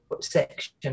section